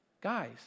guys